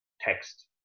text